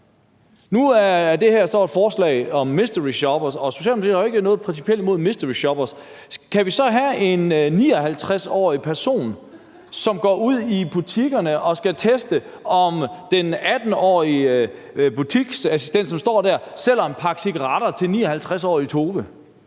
Nu er det her så et forslag om mysteryshoppere, og Socialdemokratiet har ikke noget principielt imod mysteryshoppere. Kan vi så have en 59-årig person, som går ud i butikkerne og tester, om den 18-årige butiksassistent, som står der, sælger en pakke cigaretter til 59-årige Tove?